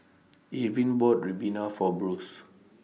Irvin bought Ribena For Bruce